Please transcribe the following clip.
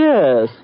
Yes